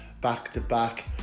back-to-back